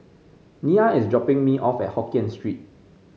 Nia is dropping me off at Hokkien Street